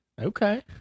Okay